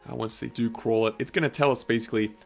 and once they do crawl it. it's going to tell us basically,